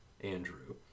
Andrew